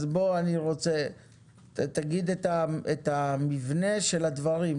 אני רוצה שתגיד את המבנה של הדברים.